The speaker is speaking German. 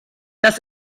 das